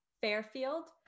fairfield